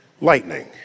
Lightning